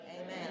Amen